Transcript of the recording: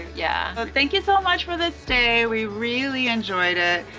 yeah. so thank you so much for this stay. we really enjoyed it.